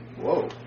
whoa